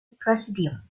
presidium